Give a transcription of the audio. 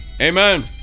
amen